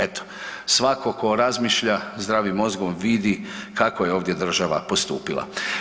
Eto, svako tko razmišlja zdravim mozgom vidi kako je ovdje država postupila.